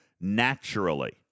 naturally